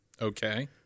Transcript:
okay